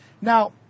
Now